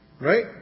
Right